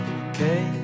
okay